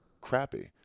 crappy